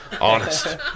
honest